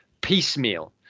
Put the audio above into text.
piecemeal